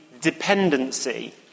dependency